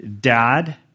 dad